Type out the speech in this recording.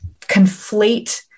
conflate